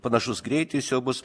panašus greitis jo bus